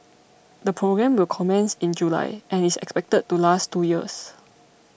the programme will commence in July and is expected to last two years